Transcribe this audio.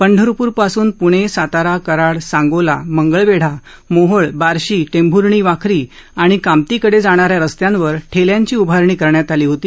पंढरप्र पासून प्णे सातारा कराड सांगोला मंगळवेढा मोहोळ बार्शी टेंभ्र्णी वाखरी आणि कामती कडे जाणाऱ्या रस्त्यांवर ठेल्यांची उभारणी करण्यात आली होती